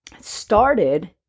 started